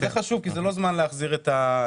זה חשוב כי זה לא זמן להחזיר כסף.